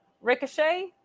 Ricochet